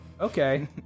Okay